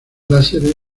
láseres